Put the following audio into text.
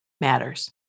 matters